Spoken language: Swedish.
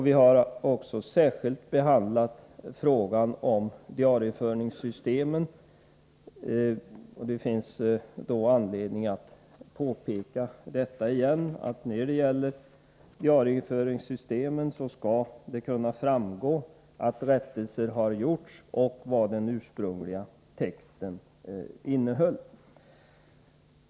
Vi har också särskilt behandlat frågan om diarieföringssystemen, och det finns anledning att återigen påpeka att det skall kunna framgå av dem att rättelser har gjorts och vad den ursprungliga texten innehöll.